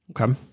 Okay